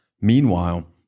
Meanwhile